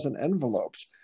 envelopes